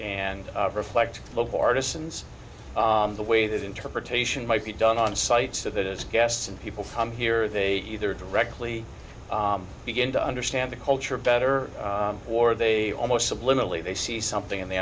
and reflect local artisans the way that interpretation might be done on site so that is guests and people from here they either directly begin to understand the culture better or they almost subliminally they see something and they